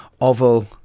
oval